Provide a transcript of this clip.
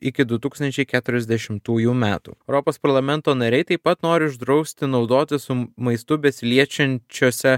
iki du tūkstančiai keturiasdešimtųjų metų europos parlamento nariai taip pat nori uždrausti naudoti su maistu besiliečiančiose